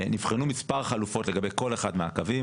נבחנו מספר חלופות לגבי כל אחד מהקווים,